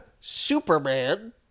Superman